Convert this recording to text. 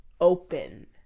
open